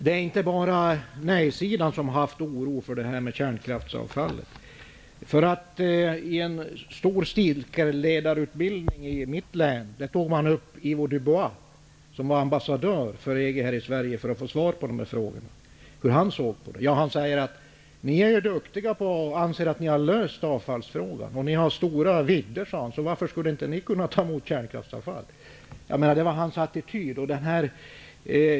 Det är inte bara nej-sidan som har känt oro för kärnkraftsavfallet. I en stor cirkelledarutbildning i mitt hemlän bjöd man in Ivo Dubois, som var ambassadör för EG i Sverige, för att få veta hur han såg på de här frågorna. Han sade: Ni är duktiga och anser att ni har löst avfallsfrågan, och ni har stora vidder -- varför skulle ni inte kunna ta emot kärnkraftsavfall? Det var hans attityd.